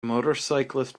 motorcyclist